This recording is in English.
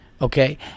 okay